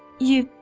you.